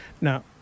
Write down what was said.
now